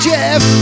Jeff